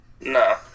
No